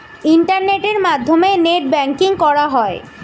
ইন্টারনেটের মাধ্যমে net banking করা হয়